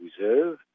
Reserve